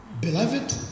Beloved